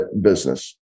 business